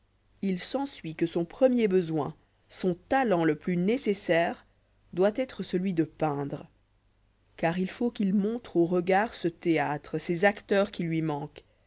il s'ensuit que son premier besoin son talent le plus nécessaire doit être celui de peindre car il faut qu'il montre aux regards ce théâtre ces acjteurs qui lui manquent